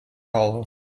hollow